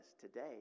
today